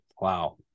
Wow